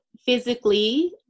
physically